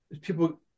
People